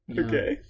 okay